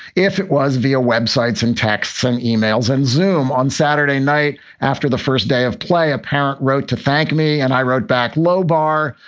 if it was via web sites and texts and emails and xoom on saturday night after the first day of play, a parent wrote to thank me and i wrote back lobar.